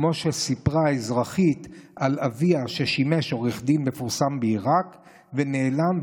כמו שסיפרה אזרחית על אביה ששימש עורך דין מפורסם בעיראק ונעלם,